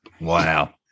wow